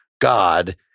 God